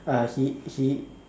uh he he